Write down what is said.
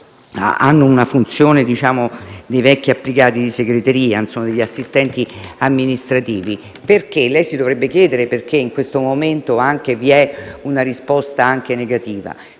hanno la funzione dei vecchi applicati di segreteria, degli assistenti amministrativi, lei si dovrebbe chiedere perché in questo momento vi è una risposta negativa.